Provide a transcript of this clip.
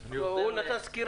--- נכון.